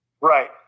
Right